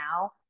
now